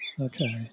Okay